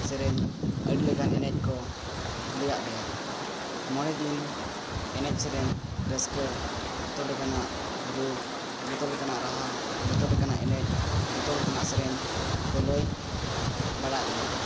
ᱥᱮᱨᱮᱧ ᱟᱹᱰᱤ ᱞᱮᱠᱟᱱ ᱮᱱᱮᱡ ᱠᱚ ᱞᱟᱹᱭᱟᱫ ᱞᱮᱭᱟ ᱢᱚᱬᱮᱫᱤᱱ ᱮᱱᱮᱡ ᱥᱮᱨᱮᱧ ᱨᱟᱹᱥᱠᱟᱹ ᱡᱚᱛᱚᱞᱮᱠᱟᱱᱟᱜ ᱨᱩ ᱡᱚᱛᱚᱞᱮᱠᱟᱱᱟᱜ ᱨᱟᱦᱟ ᱡᱚᱛᱚᱞᱮᱠᱟᱱᱟᱜ ᱮᱱᱮᱡ ᱡᱚᱛᱚᱞᱮᱠᱟᱱᱟᱜ ᱥᱮᱨᱮᱧ ᱠᱚ ᱞᱟᱹᱭ ᱵᱟᱲᱟᱣᱟᱫ ᱞᱮᱭᱟ